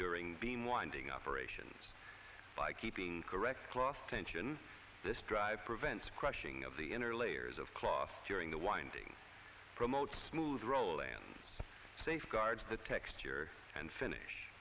during being winding operations by keeping correct cross tension this drive prevents crashing of the inner layers of cloth during the wind he promotes smooth roll and safeguards the texture and finish